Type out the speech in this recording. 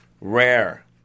Rare